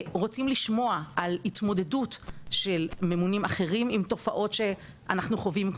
רוצים לשמוע על התמודדות של ממונים אחרים עם תופעות שאנחנו חווים,